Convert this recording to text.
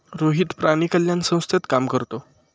रोहित प्राणी कल्याण संस्थेत काम करतो